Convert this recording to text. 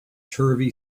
turvy